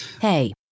Hey